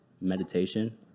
meditation